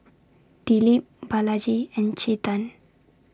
Dilip Balaji and Chetan